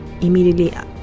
Immediately